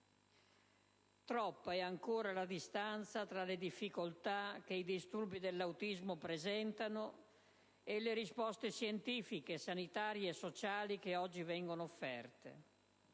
Troppa è ancora la distanza tra le difficoltà che i disturbi dell'autismo comportano e le risposte scientifiche, sanitarie e sociali che oggi vengono offerte,